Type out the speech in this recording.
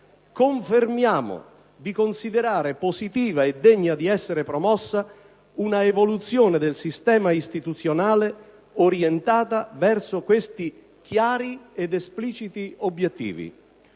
confermiamo di considerare positiva e degna di essere promossa una evoluzione del sistema istituzionale orientata verso questi chiari ed espliciti obiettivi: